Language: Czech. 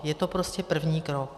Je to prostě první krok.